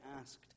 asked